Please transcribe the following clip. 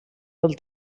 del